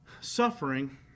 Suffering